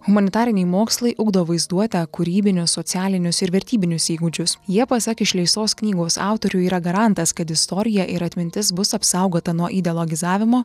humanitariniai mokslai ugdo vaizduotę kūrybinius socialinius ir vertybinius įgūdžius jie pasak išleistos knygos autorių yra garantas kad istorija ir atmintis bus apsaugota nuo ideologizavimo